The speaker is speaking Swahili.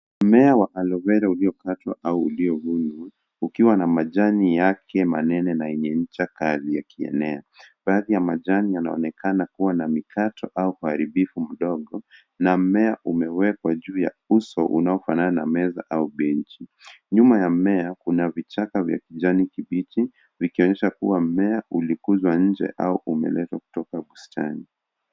Mmea wa aloe vera uliokatwa au uliovunjwa ukiwa na majani yake manene na yenye ncha kali yakienea. Baadhi ya majani yanaonekana kuwa na mikato au uharibifu mdogo na mmea umewekwa juu ya uso unaofanana na meza au benchi. Nyuma ya mmea kuna vichaka vya kijani kibichi vikionyesha kuwa mmea ulikuzwa nje au umeletwa kutoka bustani.